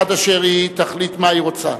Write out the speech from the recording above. עד אשר היא תחליט מה היא רוצה.